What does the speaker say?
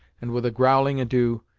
and with a growling adieu,